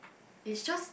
it's just